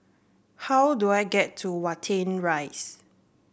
how do I get to Watten Rise